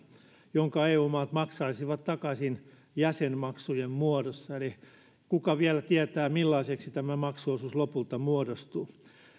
jonka eu maat maksaisivat takaisin jäsenmaksujen muodossa eli kuka vielä tietää millaiseksi tämä maksuosuus lopulta muodostuu